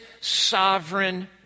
sovereign